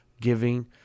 giving